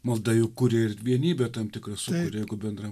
malda juk kuria ir vienybę tam tikrą sukuria jeigu bendra